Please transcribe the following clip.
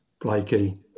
Blakey